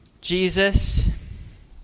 Jesus